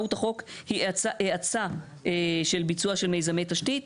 מהות החוק היא האצה של ביצוע של מיזמי תשתית,